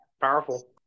Powerful